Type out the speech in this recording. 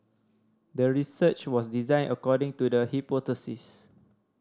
the research was designed according to the hypothesis